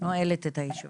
האישה